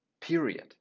period